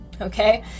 Okay